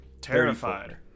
Terrified